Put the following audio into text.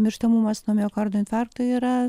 mirštamumas nuo miokardo infarkto yra